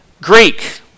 Greek